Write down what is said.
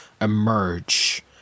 emerge